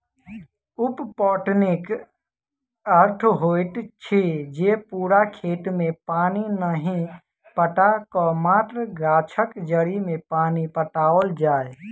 उप पटौनीक अर्थ होइत अछि जे पूरा खेत मे पानि नहि पटा क मात्र गाछक जड़ि मे पानि पटाओल जाय